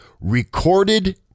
recorded